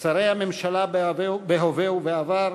שרי הממשלה בהווה ובעבר,